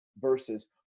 verses